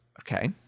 okay